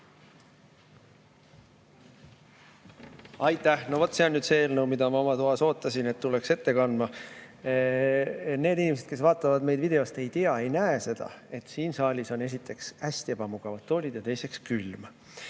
Aitäh! No vot, see on nüüd see eelnõu, mida ma oma toas ootasin, et tuleks ette kandma. Need inimesed, kes vaatavad meid videost, ei tea, ei näe seda, et siin saalis on esiteks hästi ebamugavad toolid ja teiseks külm.